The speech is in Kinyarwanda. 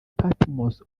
patmos